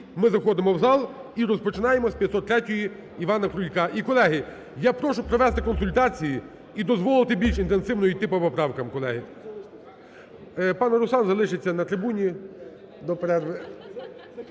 ми заходимо в зал і розпочинаємо з 503-ї Івана Крулька. І, колеги, я прошу провести консультації і дозволити більш інтенсивно йти по поправкам, колеги. Пане Руслан, залишіться на трибуні до перерви,